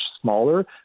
smaller